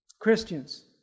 Christians